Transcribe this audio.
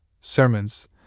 sermons